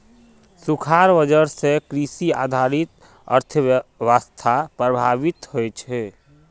सुखार वजह से कृषि आधारित अर्थ्वैवास्था प्रभावित होइयेह